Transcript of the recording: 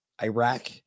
Iraq